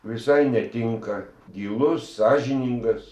visai netinka gilus sąžiningas